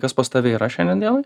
kas pas tave yra šiandien dienai